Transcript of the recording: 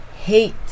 hate